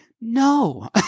no